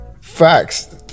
Facts